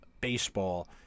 baseball